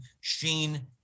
Sheen